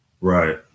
Right